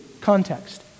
context